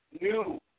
new